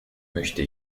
möchte